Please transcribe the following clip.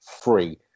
free